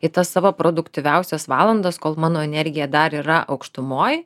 į tas savo produktyviausias valandas kol mano energija dar yra aukštumoj